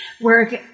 work